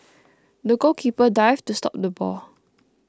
the goalkeeper dived to stop the ball